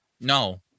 No